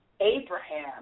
Abraham